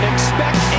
Expect